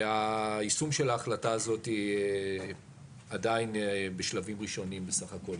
והיישום של ההחלטה הזאת עדיין בשלבים ראשונים בסך הכול,